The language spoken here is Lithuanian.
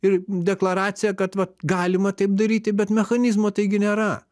ir deklaraciją kad vat galima taip daryti bet mechanizmo taigi nėra